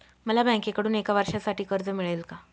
मला बँकेकडून एका वर्षासाठी कर्ज मिळेल का?